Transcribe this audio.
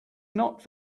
not